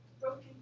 broken